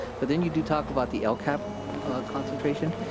but then you do talk about the lcap concentration.